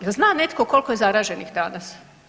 Jel zna netko koliko je zaraženih danas?